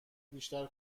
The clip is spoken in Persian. بیشتر